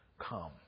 come